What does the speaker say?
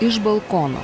iš balkono